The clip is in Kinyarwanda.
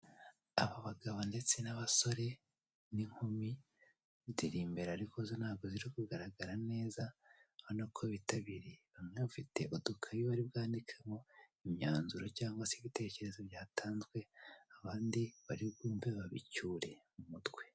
Aba bagabo ndetse n'abasore n'inkumi ziri imbere ariko zo ntago ziri kugaragara neza ubona ko bitabiriye, bamwe bafite udukaye bari bwandikemo imyanzu cyangwa se ibitekerezo byatanzwe abandi bari bwumve babicyure mu mutwe.